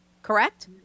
Correct